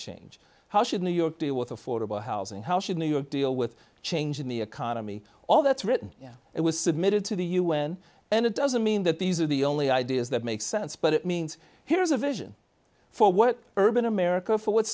change how should new york deal with affordable housing how should new york deal with change in the economy all that's written it was submitted to the un and it doesn't mean that these are the only ideas that make sense but it means here's a vision for what urban america for what